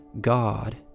God